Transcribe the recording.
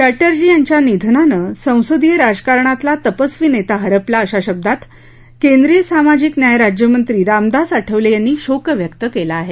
चटर्जी यांच्या निधनानं संसदीय राजकारणातला तपस्वी नेता हरपला अशा शब्दात केंद्रिय सामाजिक न्याय राज्यमंत्री रामदास आठवले यांनी शोक व्यक्त केला आहे